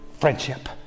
Friendship